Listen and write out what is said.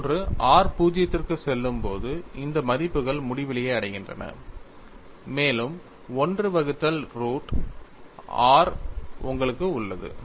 மற்றொன்று r 0 க்குச் செல்லும் போது இந்த மதிப்புகள் முடிவிலியை அடைகின்றன மேலும் 1 வகுத்தல் ரூட் r உங்களுக்கு உள்ளது